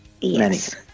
Yes